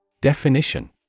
Definition